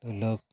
ধৰি লওক